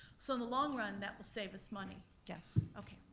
so in the long run, that will save us money. yes. okay,